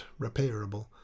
repairable